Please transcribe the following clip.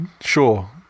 sure